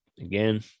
again